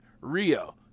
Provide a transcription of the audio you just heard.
Rio